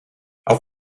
auf